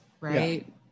right